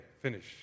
finish